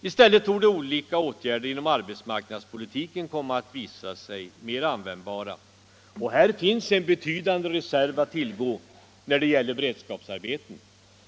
I stället torde olika åtgärder inom arbetsmarknadspolitiken komma att visa sig mera användbara. Här finns också en betydande reserv att tillgå när det gäller beredskapsarbeten.